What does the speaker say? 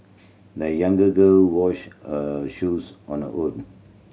the younger girl washed her shoes on her own